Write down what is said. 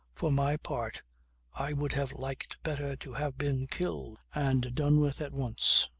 for my part i would have liked better to have been killed and done with at once.